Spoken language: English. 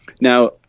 now